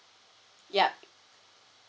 yup